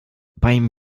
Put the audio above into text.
beim